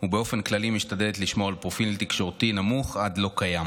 ובאופן כללי משתדלת לשמור על פרופיל תקשורתי נמוך עד לא קיים.